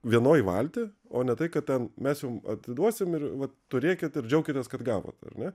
vienoj valty o ne tai kad ten mes jum atiduosim ir va turėkit ir džiaukitės kad gavot ar ne